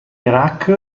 iraq